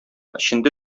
эчендә